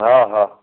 हा हा